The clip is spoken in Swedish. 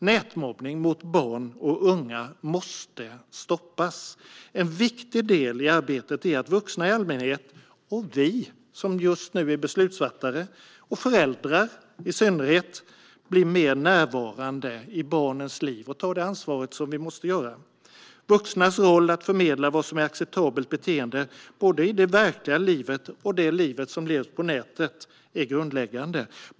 Nätmobbningen mot barn och unga måste stoppas. En viktig del i det arbetet är att vi som just nu är beslutsfattare och vuxna i allmänhet och föräldrar i synnerhet blir mer närvarande i barns liv och tar det ansvar vi måste ta. Vuxnas roll att förmedla vad som är acceptabelt beteende både i det verkliga livet och i det liv som levs på nätet är grundläggande.